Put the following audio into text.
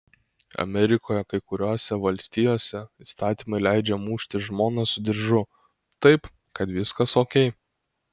amerikoje kai kuriose valstijose įstatymai leidžia mušti žmoną su diržu taip kad viskas okei